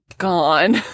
Gone